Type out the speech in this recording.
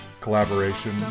collaboration